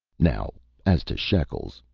now as to shekels,